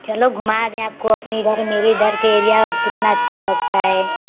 चलो घुमा दें आपको अपनी इधर मेरी इधर के एरिया कितना अच्छा लगता है